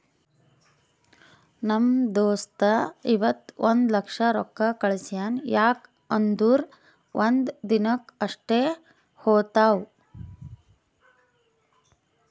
ನಮ್ ದೋಸ್ತ ಇವತ್ ಒಂದ್ ಲಕ್ಷ ರೊಕ್ಕಾ ಕಳ್ಸ್ಯಾನ್ ಯಾಕ್ ಅಂದುರ್ ಒಂದ್ ದಿನಕ್ ಅಷ್ಟೇ ಹೋತಾವ್